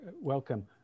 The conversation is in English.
Welcome